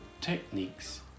techniques